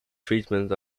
treatment